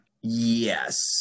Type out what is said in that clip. Yes